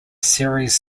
series